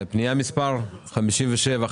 מי בעד אישור פנייה מספר 57 ו-58?